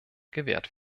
gewährt